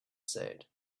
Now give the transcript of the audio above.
said